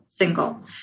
single